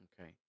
Okay